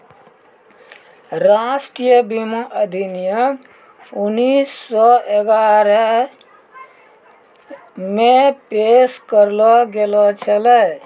राष्ट्रीय बीमा अधिनियम उन्नीस सौ ग्यारहे मे पेश करलो गेलो छलै